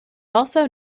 also